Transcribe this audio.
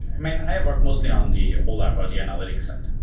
i mean, i have worked mostly on the olap, or the analytics side.